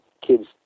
kids